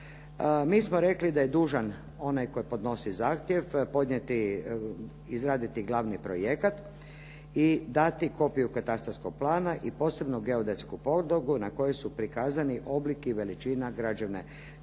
Mi smo rekli da je dužan onaj koji podnosi zahtjev podnijeti, izraditi glavni projekat i dati kopiju katastarskog plana i posebno geodetsku podlogu na kojoj su prikazani oblik i veličina građevne čestice,